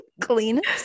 cleanest